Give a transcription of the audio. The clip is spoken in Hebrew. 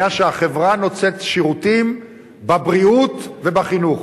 היה שהחברה נותנת שירותים בבריאות ובחינוך.